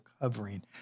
covering